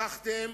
הבטחתם,